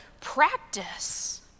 practice